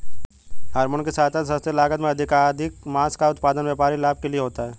hormone की सहायता से सस्ते लागत में अधिकाधिक माँस का उत्पादन व्यापारिक लाभ के लिए होता है